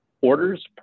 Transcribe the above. orders